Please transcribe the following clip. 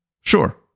Sure